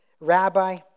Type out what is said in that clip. rabbi